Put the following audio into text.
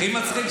הכי מצחיק,